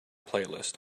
playlist